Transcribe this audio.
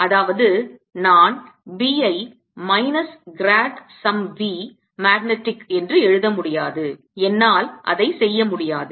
அதாவது நான் B ஐ minus grad some V magnetic என்று எழுத முடியாது என்னால் அதை செய்ய முடியாது